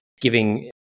giving